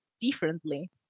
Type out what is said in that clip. differently